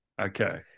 Okay